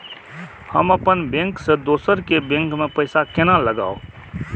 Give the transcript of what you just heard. हम अपन बैंक से दोसर के बैंक में पैसा केना लगाव?